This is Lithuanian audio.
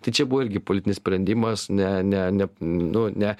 tai čia buvo irgi politinis sprendimas ne ne ne nu ne